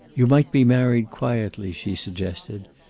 you might be married quietly, she suggested.